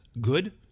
good